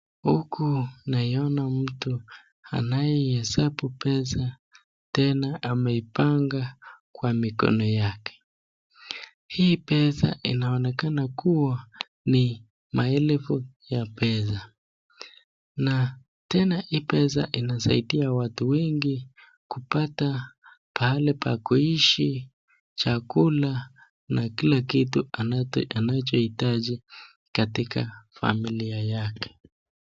Huku namwona mtu anayehesabu pesa tena ameipanga kwa mikoni yake. Hii pesa inaonekana kuwa ni ma elfu ya pesa na tena hii pesa inasaidia watu wengi kupata pahali pa kuishi ,chakula na kila kitu anachohitaji katika familia yake.